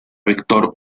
víctor